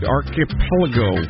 Archipelago